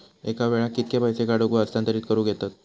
एका वेळाक कित्के पैसे काढूक व हस्तांतरित करूक येतत?